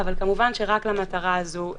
אבל כמובן שרק למטרה הזו בלבד.